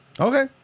Okay